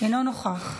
אינו נוכח,